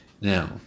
Now